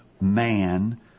man